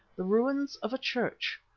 the ruins of a church.